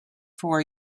for